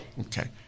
Okay